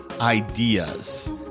ideas